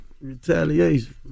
Retaliation